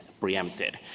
preempted